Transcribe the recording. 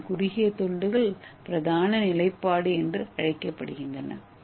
ஏவின் குறுகிய துண்டுகள் பிரதான நிலைப்பாடு என்று அழைக்கப்படுகின்றன